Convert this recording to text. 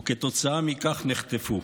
וכתוצאה מכך נחטפו.